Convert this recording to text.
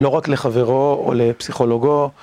לא רק לחברו או לפסיכולוגו.